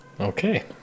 Okay